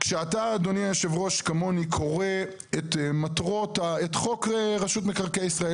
כשאתה אדוני יושב הראש כמוני קורא את חוק רשות מקרקעי ישראל.